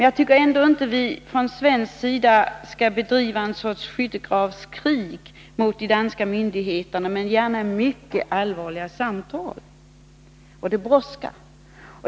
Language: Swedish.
Jag tycker inte att vi från svensk sida skall bedriva en sorts skyttegravskrig mot de danska myndigheterna, men gärna mycket allvarliga samtal. Och det brådskar.